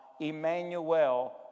Emmanuel